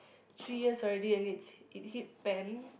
three years already and it's it hit pan